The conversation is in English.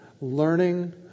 learning